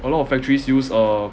a lot of factories use uh